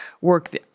work